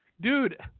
Dude